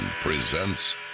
Presents